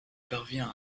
parvient